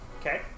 Okay